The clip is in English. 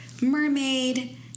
mermaid